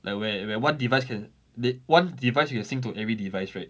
like where where one device can they one device you can seem to every device right